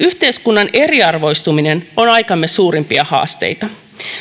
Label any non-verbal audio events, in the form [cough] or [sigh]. [unintelligible] yhteiskunnan eriarvoistuminen on aikamme suurimpia haasteita